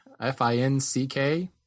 F-I-N-C-K